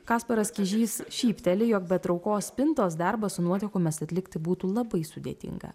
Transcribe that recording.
kasparas kižys šypteli jog be traukos spintos darbą su nuotekomis atlikti būtų labai sudėtinga